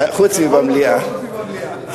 חוץ מבמליאה.